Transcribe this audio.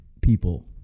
people